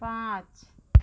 पाँच